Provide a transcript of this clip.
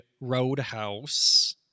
roadhouse